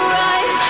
right